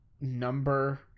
number